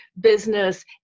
business